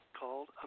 called